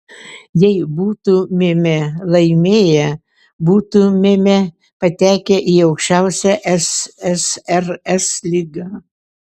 jei būtumėme laimėję būtumėme patekę į aukščiausią ssrs lygą